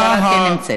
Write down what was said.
השרה כן נמצאת.